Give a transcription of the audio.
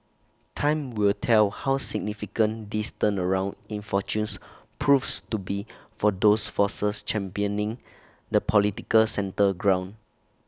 time will tell how significant this turnaround in fortunes proves to be for those forces championing the political centre ground